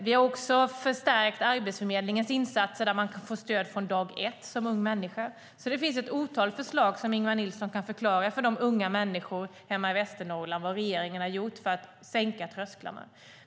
Vi har också förstärkt Arbetsförmedlingens insatser, där man som ung människa får stöd från dag ett. Det finns ett otal förslag så att Ingemar Nilsson kan förklara för de unga människorna hemma i Västernorrland vad regeringen har gjort för att sänka trösklarna.